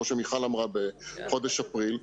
כמו שמיכל אמרה בחודש אפריל,